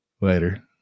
Later